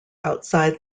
outside